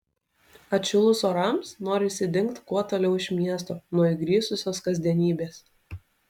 atšilus orams norisi dingt kuo toliau iš miesto nuo įgrisusios kasdienybės